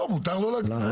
לא, מותר לו להגיד.